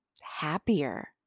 happier